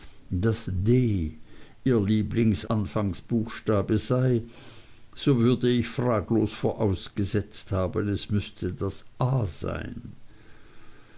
d ihr lieblingsanfangsbuchstabe sei würde ich fraglos vorausgesetzt haben es müßte das a sein